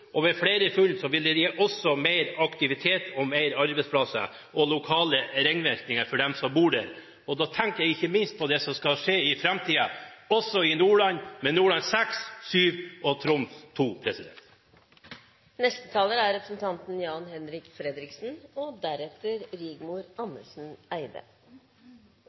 og ved flere funn vil det også gi mer aktivitet og flere arbeidsplasser og lokale ringvirkninger for dem som bor der. Da tenker jeg ikke minst på det som skal skje i framtiden også i Nordland, med Nordland VI og VII og Troms II. Slik denne stortingsmeldingen framstår, er den utrolig lite forpliktende for regjeringen. I stedet for å være konkret og